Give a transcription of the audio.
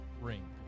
ring